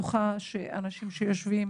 אני בטוחה שהאנשים שיושבים